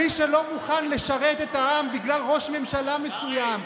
מי שלא מוכן לשרת את העם בגלל ראש ממשלה מסוים,